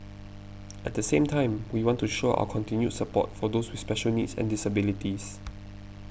at the same time we want to show our continued support for those with special needs and disabilities